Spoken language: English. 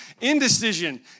Indecision